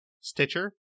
Stitcher